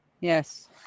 Yes